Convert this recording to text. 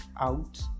out